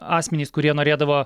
asmenys kurie norėdavo